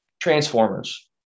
Transformers